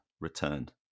returned